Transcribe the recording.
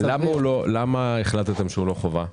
למה החלטתם שהוא לא חובה?